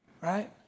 Right